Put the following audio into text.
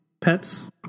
pets